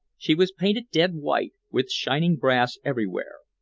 she was painted dead white, with shining brass everywhere.